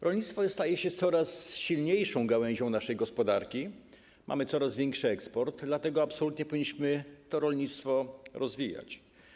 Rolnictwo staje się coraz silniejszą gałęzią naszej gospodarki, mamy coraz większy eksport, dlatego absolutnie powinniśmy rolnictwo rozwijać.